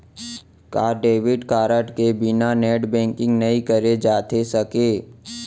का debit card के बिना नेट बैंकिंग नई करे जाथे सके?